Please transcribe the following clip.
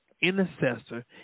intercessor